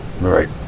right